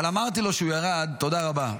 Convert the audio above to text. אבל אמרתי לו כשהוא ירד תודה רבה.